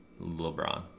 LeBron